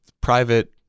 private